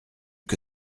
que